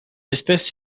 espèce